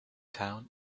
town